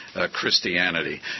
Christianity